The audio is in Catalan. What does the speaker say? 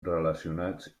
relacionats